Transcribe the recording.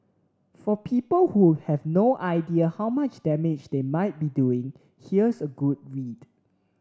for people who have no idea how much damage they might be doing here's a good read